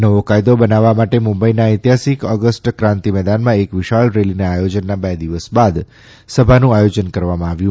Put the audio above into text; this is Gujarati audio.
નવો કાયદો બનાવવા માટે મુંબઇના ઐતિહાસિક ઓગસ્ટ ક્રાંતિ મેદાનમાં એક વિશાલ રેલીના આયોજનના બે દિવસ બાદ સભાનું આયોજન કરવામાં આવ્યું